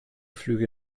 flüge